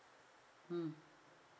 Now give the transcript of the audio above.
mm